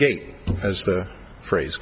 gate as the phrase